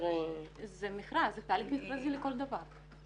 זה מכרז, זה תהליך מכרזי לכל דבר.